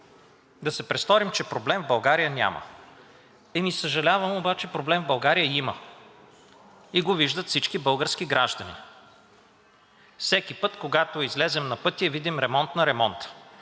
да се престорим, че проблем в България няма! Съжалявам, обаче проблем в България има и го виждат всички български граждани. Всеки път, когато излезем на пътя и видим ремонт на ремонта,